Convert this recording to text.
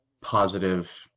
positive